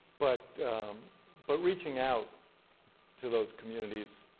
but but reaching out to those communities,